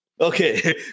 Okay